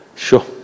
Sure